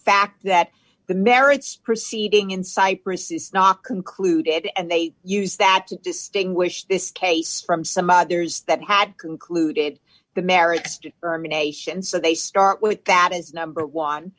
fact that the merits proceeding in cyprus is not concluded and they used that to distinguish this case from some others that had concluded the merits determination so they start with that is number one